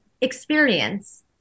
experience